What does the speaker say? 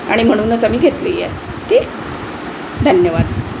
आणि म्हणूनच आम्ही घेतलंही आहे ठीक धन्यवाद